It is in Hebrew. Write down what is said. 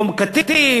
יום קטיף,